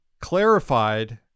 clarified